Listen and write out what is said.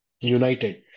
United